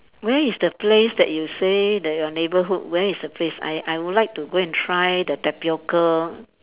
where is the place that you say that your neighbourhood where is the place I I would like to go and try the tapioca